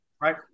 Right